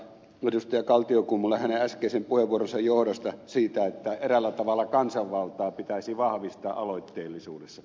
kaltiokummulle hänen äskeisen puheenvuoronsa johdosta siitä että eräällä tavalla kansanvaltaa pitäisi vahvistaa aloitteellisuudessa